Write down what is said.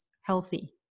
healthy